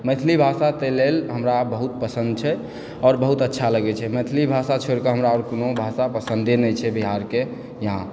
मैथिली भाषा ताहि लेल हमरा बहुत पसन्द छै आओर बहुत अच्छा लागै छै मैथिली भाषा छोड़ि कऽ आर हमरा कोनो भाषा पसन्दे नहि छै बिहारके